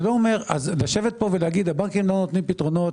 לומר שהבנקים לא נותנים פתרונות,